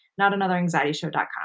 notanotheranxietyshow.com